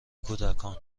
کودکان